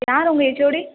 யார் உங்கள் ஹெச்ஓடி